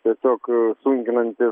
tiesiog sunkinantys